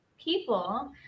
people